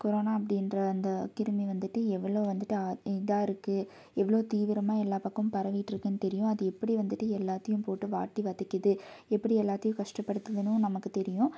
corona அப்படின்ற அந்த கிருமி வந்துட்டு எவ்வளோ வந்துட்டு இதாக இருக்குது எவ்வளோ தீவிரமாக எல்லா பக்கமும் பரவிட்டு இருக்குதுனு தெரியும் அது எப்படி வந்துட்டு எல்லாத்தையும் போட்டு வாட்டி வதைக்கிது எப்படி எல்லாத்தையும் கஷ்டப்படுத்துதுன்னும் நமக்கு தெரியும்